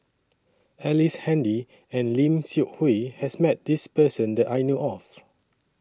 Ellice Handy and Lim Seok Hui has Met This Person that I know of